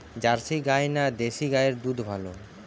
Jersey গাই না দেশী গাইয়ের দুধ ভালো?